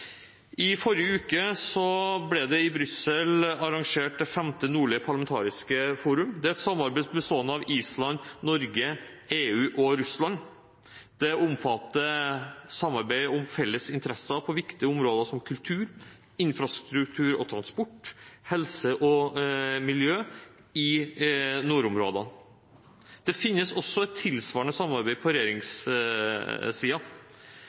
I forrige uke ble Det femte nordlige dimensjons parlamentarikerforum arrangert i Brussel. Det er et samarbeid mellom Island, Norge, EU og Russland. Det omfatter samarbeid om felles interesser på viktige områder som kultur, infrastruktur og transport, helse og miljø i nordområdene. Det finnes også et tilsvarende samarbeid på